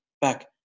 back